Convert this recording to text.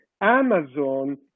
Amazon